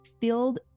filled